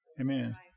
Amen